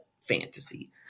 fantasy